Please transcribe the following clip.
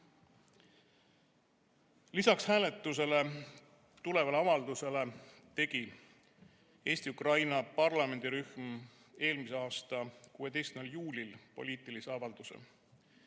hääletusele tulevale avaldusele tegi Eesti-Ukraina parlamendirühm eelmise aasta 16. juulil poliitilise avalduse,